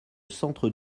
centre